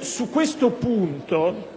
Su questo punto